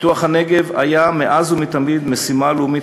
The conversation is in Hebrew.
פיתוח הנגב היה מאז ומתמיד משימה לאומית